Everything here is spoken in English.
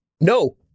No